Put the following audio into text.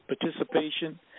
participation